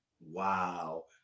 Wow